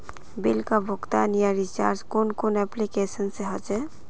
Bill का भुगतान या रिचार्ज कुन कुन एप्लिकेशन से होचे?